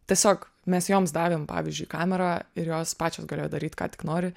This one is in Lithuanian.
tiesiog mes joms davėm pavyzdžiui kamerą ir jos pačios galėjo daryt ką tik nori